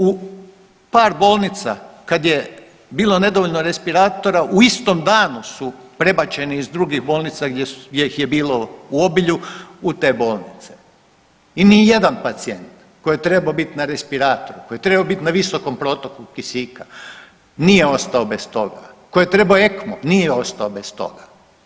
U par bolnica kad je bilo nedovoljno respiratora u istom danu su prebačeni iz drugih bolnica gdje ih je bilo u obilju u te bolnice i nijedan pacijent koji je trebao bit na respiratoru, koji je trebao bit na visokom protoku kisika nije ostao bez toga, koji je trebao ECMO nije ostao bez toga.